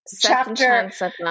Chapter